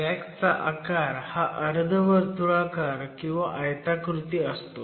jack चा आकार हा अर्धवर्तुळाकार किंवा आयताकृती असतो